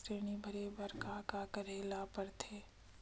ऋण भरे बर का का करे ला परथे?